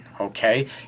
okay